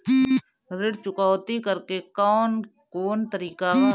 ऋण चुकौती करेके कौन कोन तरीका बा?